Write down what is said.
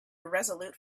irresolute